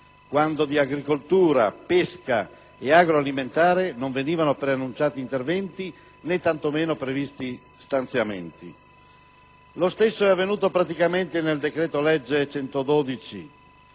quando di agricoltura, pesca e agroalimentare non venivano preannunciati interventi né tantomeno previsti stanziamenti. Lo stesso è avvenuto praticamente nel decreto-legge n.